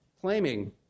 claiming